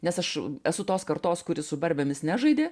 nes aš esu tos kartos kuri su barbėmis nežaidė